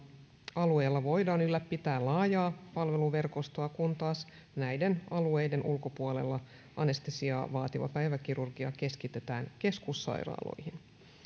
alueella voidaan ylläpitää laajaa palveluverkostoa kun taas näiden alueiden ulkopuolella anestesiaa vaativa päiväkirurgia keskitetään keskussairaaloihin